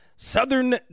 Southern